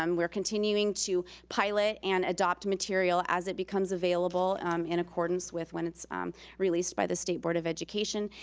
um we're continuing to pilot and adopt material as it becomes available in accordance with when it's released by the state board of education.